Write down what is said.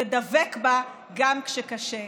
ודבק בה גם כשקשה.